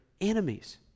enemies